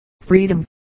freedom